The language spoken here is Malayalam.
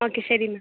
ഓക്കെ ശരി മാം